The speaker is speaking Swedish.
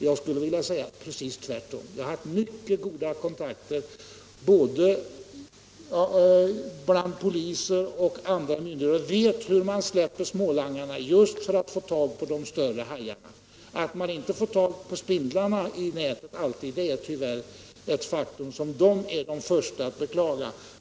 Jag skulle vilja påstå att det är precis tvärtom: jag har mycket goda kontakter både med polisen och med andra myndigheter och vet hur man släpper smålangarna just för att få tag i de större hajarna. Att man inte alltid får tag i spindlarna i nätet är tyvärr ett faktum som polisen är den första att beklaga.